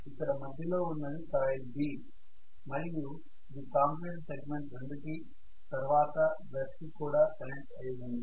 ఇక్కడ మధ్యలో ఉన్నదే కాయిల్ B మరియు ఇదే కామ్యుటేటర్ సెగ్మెంట్ 2 కి తర్వాత బ్రష్ కి కూడా కనెక్ట్ అయి ఉంది